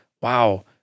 wow